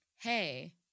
Hey